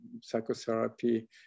psychotherapy